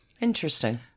Interesting